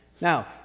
Now